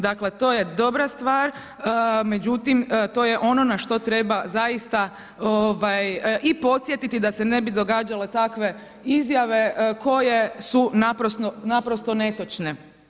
Dakle, to je dobra stvar, međutim to je ono na što treba zaista i podsjetiti da se ne bi događale takve izjave koje su naprosto netočne.